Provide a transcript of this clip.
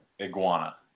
iguana